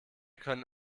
können